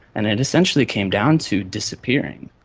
and it essentially came down to disappearing.